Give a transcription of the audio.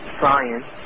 science